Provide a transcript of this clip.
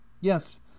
yes